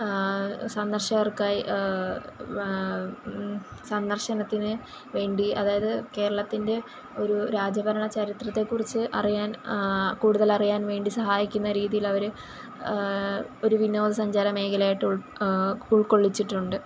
സന്ദർഷകർക്കായി സന്ദർശനത്തിന് വേണ്ടി അതായത് കേരളത്തിൻറ്റെ ഒരു രാജഭരണ ചരിത്രത്തെക്കുറിച്ച് അറിയാൻ കൂടുതലറിയാൻ വേണ്ടി സഹായിക്കുന്ന രീതിയിലവര് ഒരു വിനോദ സഞ്ചാര മേഖലയായിട്ട് ഉൾ ഉൾക്കൊള്ളിച്ചിട്ടുണ്ട്